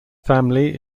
family